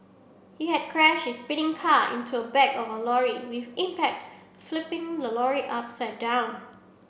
he had crashed his speeding car into a back of a lorry with impact flipping the lorry upside down